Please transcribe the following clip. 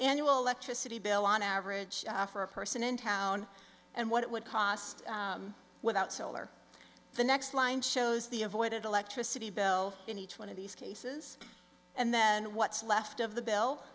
annual electricity bill on average for a person in town and what it would cost without solar the next line shows the avoided electricity bill in each one of these cases and then what's left of the